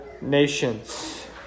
nations